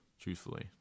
truthfully